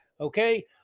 Okay